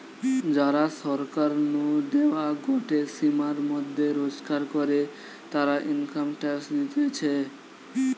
যারা সরকার নু দেওয়া গটে সীমার মধ্যে রোজগার করে, তারা ইনকাম ট্যাক্স দিতেছে